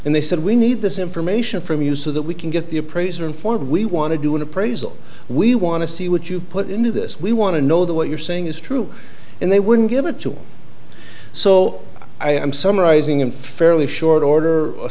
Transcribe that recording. and they said we need this information from you so that we can get the appraiser informed we want to do an appraisal we want to see what you put into this we want to know that what you're saying is true and they wouldn't give it to you so i am summarizing in fairly short order